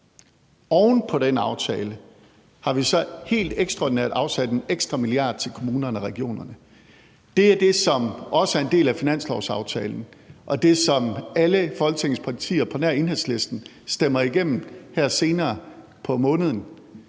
Oven på den aftale har vi så helt ekstraordinært afsat 1 mia. kr. ekstra til kommunerne og regionerne. Det er det, som også er en del af finanslovsaftalen, og det, som alle Folketingets partier på nær Enhedslisten stemmer igennem her senere på måneden.